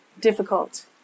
difficult